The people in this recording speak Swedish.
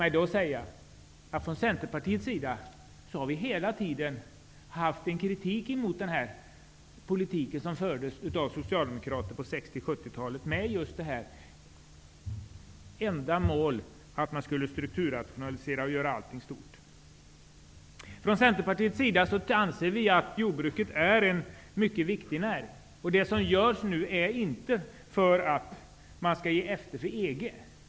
Vi har från Centerpartiets sida hela tiden riktat kritik mot den politik som fördes av socialdemokrater på 60 och 70-talen, vilken hade som enda mål strukturrationalisering och stora enheter. Vi anser från Centerpartiets sida att jordbruket är en mycket viktig näring, och det som görs nu sker inte för att vårt land skall ge efter för EG.